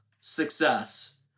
success